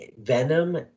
venom